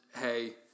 hey